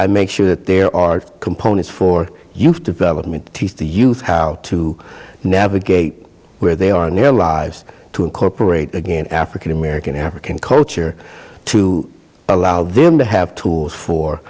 i make sure that there are components for youth development the youth how to navigate where they are near lives to incorporate again african american african culture to allow them to have tools for